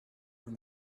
vous